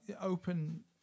open